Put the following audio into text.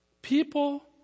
People